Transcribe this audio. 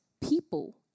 people